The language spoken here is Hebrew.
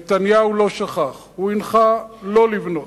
נתניהו לא שכח, הוא הנחה שלא לבנות.